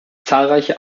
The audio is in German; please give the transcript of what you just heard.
zahlreiche